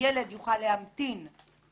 שבתקנות האלה נפתרו כל הבעיות?